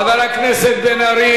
זאת הסתה.